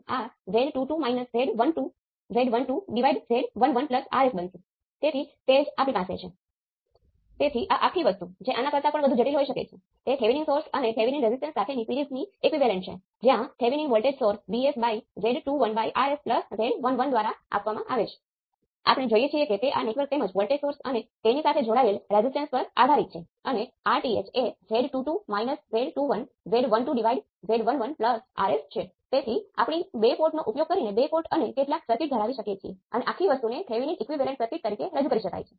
અને આ ચોક્કસ કેસમાં ચાલો કહીએ કે Gm Vy ને બદલે આપણી પાસે Gm1 Vy છે અને અહીં મારી પાસે Gm2 Vx છે તો પછી y પેરામીટર સેટ 0 હશે Gm1 Gm2 અને 0 અને તે કિસ્સામાં આપણી પાસે રેસિપ્રોસિટિ નથી